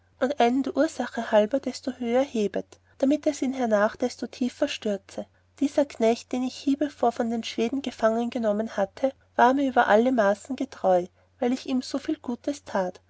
einen der ursache halber desto höher hebet damit es ihn hernach desto tiefer stürze dieser knecht den ich hiebevor von den schweden gefangen bekommen hatte war mir über alle maßen getreu weil ich ihm viel gutes tät